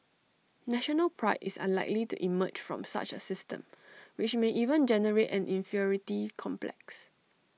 national Pride is unlikely to emerge from such A system which may even generate an inferiority complex